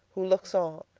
who looks on,